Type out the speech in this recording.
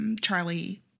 Charlie